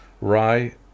rye